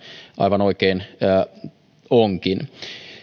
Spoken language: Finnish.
aivan oikein onkin